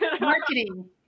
Marketing